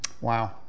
Wow